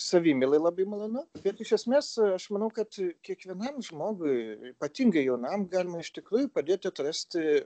savimylai labai malonu bet iš esmės aš manau kad kiekvienam žmogui ypatingai jaunam galima iš tikrųjų padėti atrasti